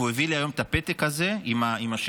והוא הביא לי היום את הפתק הזה עם השם